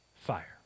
fire